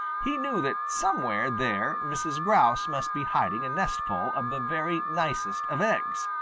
he knew that somewhere there mrs. grouse must be hiding a nestful of the very nicest of eggs,